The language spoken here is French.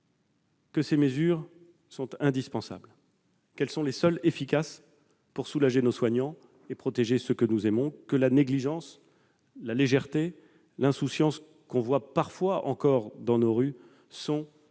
-que ces mesures sont indispensables, qu'elles sont les seules efficaces pour soulager nos soignants et protéger ceux que nous aimons, que la négligence, la légèreté, l'insouciance que l'on constate parfois encore dans nos rues sont- je pèse mes